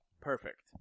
Perfect